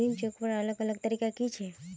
ऋण चुकवार अलग अलग तरीका कि छे?